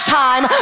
time